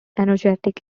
energetic